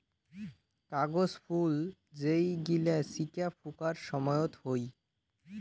কাগজ ফুল যেই গিলা চিকা ফুঁকার সময়ত হই